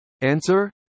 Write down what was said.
Answer